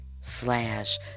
slash